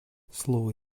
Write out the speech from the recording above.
слово